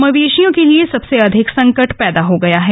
मवेशियों के लिए सबसे अधिक संकट पैदा हो गया है